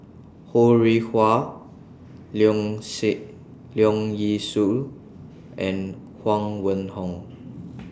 Ho Rih Hwa Leong See Leong Yee Soo and Huang Wenhong